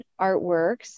artworks